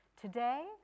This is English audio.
today